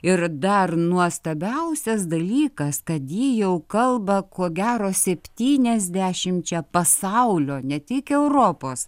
ir dar nuostabiausias dalykas kad ji jau kalba ko gero septyniasdešimčia pasaulio ne tik europos